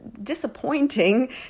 disappointing